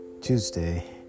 Tuesday